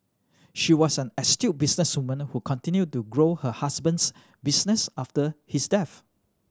she was an astute businesswoman who continued to grow her husband's business after his death